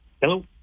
hello